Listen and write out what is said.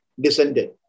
descended